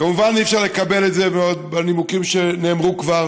כמובן שאי-אפשר לקבל את זה בנימוקים שנאמר כבר,